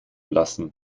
lassen